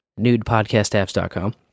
NudePodcastApps.com